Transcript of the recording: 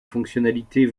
fonctionnalités